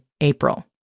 April